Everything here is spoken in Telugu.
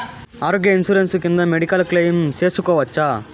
ఆరోగ్య ఇన్సూరెన్సు కింద మెడికల్ క్లెయిమ్ సేసుకోవచ్చా?